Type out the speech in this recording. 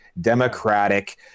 democratic